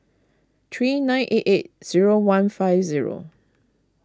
three nine eight eight zero one five zero